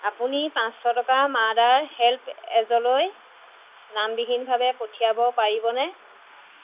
আপুনি পাঁচশ টকা মাডাৰ হেল্পএজলৈ নামবিহীনভাৱে পঠিয়াব পাৰিবনে